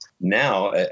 Now